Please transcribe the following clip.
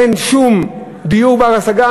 אין שום דיור בר-השגה,